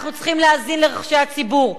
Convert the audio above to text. אנחנו צריכים להאזין לרחשי הציבור.